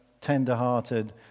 tender-hearted